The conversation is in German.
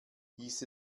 hieß